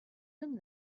them